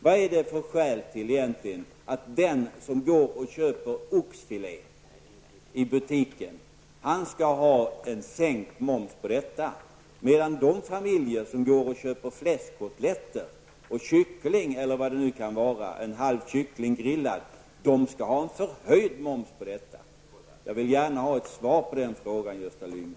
Vad är skälet till att den som går och köper oxfilé i butiken skall ha en sänkt moms på detta, medan de familjer som köper fläskkotletter eller en halv grillad kyckling skall ha förhöjd moms på detta? Jag vill gärna ha svar på den frågan, Gösta Lyngå.